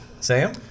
Sam